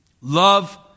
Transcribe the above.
Love